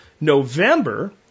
November